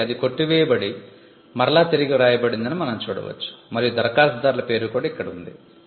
కాబట్టి అది కొట్టివేయబడి మరల తిరిగి వ్రాయబడిందని మనం చూడవచ్చు మరియు దరఖాస్తుదారుల పేరు కూడా ఇక్కడ ఉంది